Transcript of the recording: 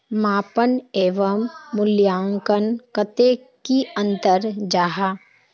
मापन एवं मूल्यांकन कतेक की अंतर जाहा?